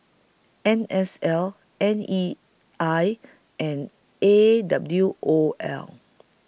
N S L N E I and A W O L